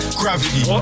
gravity